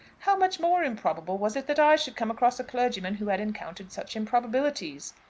how much more improbable was it that i should come across a clergyman who had encountered such improbabilities.